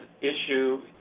issue